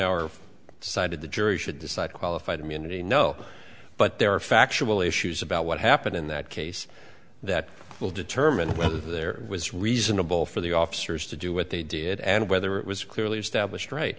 our side of the jury should decide qualified immunity no but there are factual issues about what happened in that case that will determine whether there was reasonable for the officers to do what they did and whether it was clearly established right